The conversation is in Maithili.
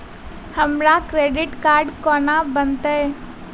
हमरा क्रेडिट कार्ड कोना बनतै?